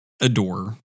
adore